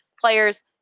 players